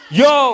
yo